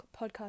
podcast